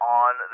on